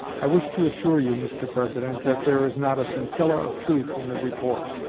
i wish to assure you, mr. president, that there is not a scintilla of truth in the report.